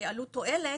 עלות תועלת,